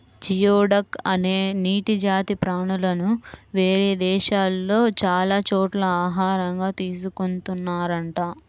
geoduck అనే నీటి జాతి ప్రాణులను వేరే దేశాల్లో చాలా చోట్ల ఆహారంగా తీసుకున్తున్నారంట